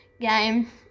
game